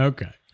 Okay